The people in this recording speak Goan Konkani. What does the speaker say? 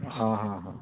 आं हा हा